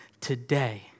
today